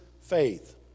faith